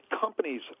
Companies